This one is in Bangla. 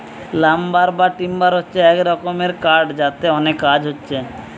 লাম্বার বা টিম্বার হচ্ছে এক রকমের কাঠ যাতে অনেক কাজ হচ্ছে